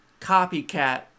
copycat